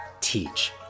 teach